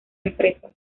empresas